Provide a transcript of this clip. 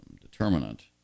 determinant